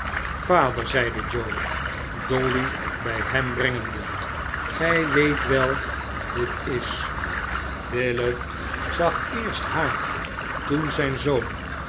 vader zeide joe dolly bij hem brengende gij weet wel wie ditis er wordt ten volle voor het verleden boete gedaai z willet zag eerst haar toen zijn zoon